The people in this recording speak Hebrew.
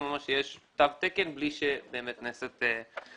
אומר שיש תו תקן בלי שבאמת נעשית הבדיקה.